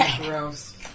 gross